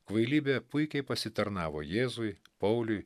kvailybė puikiai pasitarnavo jėzui pauliui